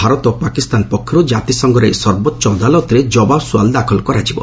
ଭାରତ ଓ ପାକିସ୍ତାନ ପକ୍ଷରୁ କାତିସଂଘର ଏହି ସର୍ବୋଚ୍ଚ ଅଦାଲତରେ ଜବାବ୍ ସୁଆଲ୍ ଦାଖଲ କରାଯିବ